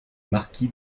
marquis